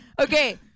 okay